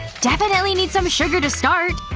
definitely need some sugar to start.